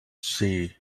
see